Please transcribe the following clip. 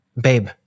babe